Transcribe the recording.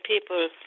people